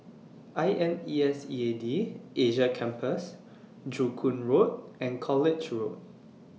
I N S E A D Asia Campus Joo Koon Road and College Road